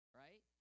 right